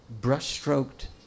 brush-stroked